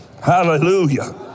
Hallelujah